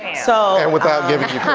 and so and without giving